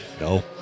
No